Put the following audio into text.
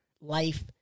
life